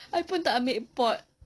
I pun tak ambil pod~